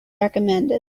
recommended